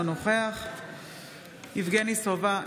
אינו נוכח יבגני סובה,